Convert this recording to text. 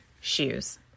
shoes